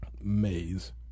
maze